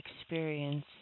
experience